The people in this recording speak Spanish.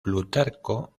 plutarco